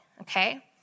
okay